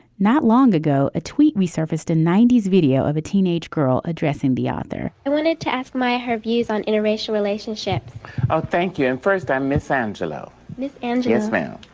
not long ago a tweet resurfaced a and ninety s video of a teenage girl addressing the author i wanted to ask my her views on interracial relationships oh thank you. and first i miss angelo miss and jasmine.